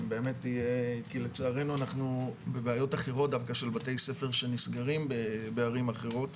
כי לצערנו אנחנו דווקא בבעיות אחרות של בתי ספר שנסגרים בערים אחרות